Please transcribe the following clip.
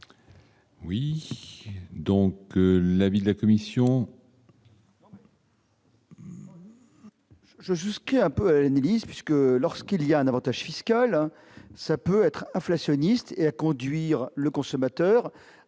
Oui, donc l'avis de la commission. Je jusqu'un peu puisque lorsqu'il y a un Avantage fiscal, ça peut être inflationniste et à conduire le consommateur à